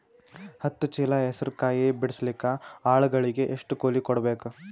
ಹತ್ತು ಚೀಲ ಹೆಸರು ಕಾಯಿ ಬಿಡಸಲಿಕ ಆಳಗಳಿಗೆ ಎಷ್ಟು ಕೂಲಿ ಕೊಡಬೇಕು?